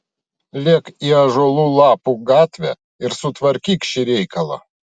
lėk į ąžuolų lapų gatvę ir sutvarkyk šį reikalą